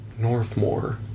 Northmore